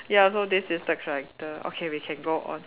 ya so this is the character okay we can go on